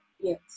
Yes